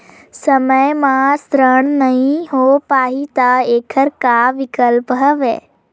समय म ऋण नइ हो पाहि त एखर का विकल्प हवय?